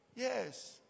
Yes